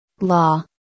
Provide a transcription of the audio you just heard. law